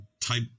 type